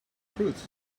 fruits